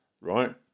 Right